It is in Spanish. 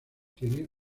tiene